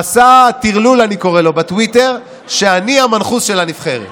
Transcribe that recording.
אני קורא לו "מסע טרלול" בטוויטר שאני המנחוס של הנבחרת.